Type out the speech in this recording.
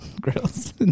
grills